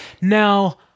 now